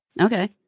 Okay